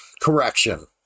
correction